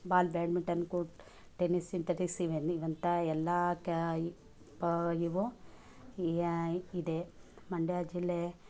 ball badminton court tennis synthetics evening ಅಂತ ಎಲ್ಲ ಕ್ ಇ ಪ್ ಇವ್ ಇದೆ ಮಂಡ್ಯ ಜಿಲ್ಲೆ